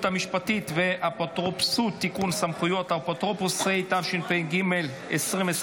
זו אושרה בקריאה